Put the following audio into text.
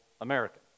American